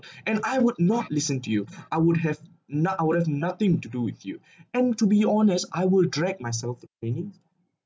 and I would not listen to you I would have not I would have nothing to do with you and to be honest I will drag myself in it